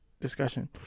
discussion